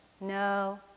no